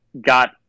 got